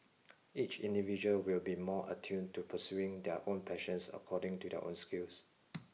each individual will be more attuned to pursuing their own passions according to their own skills